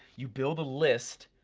you build a list,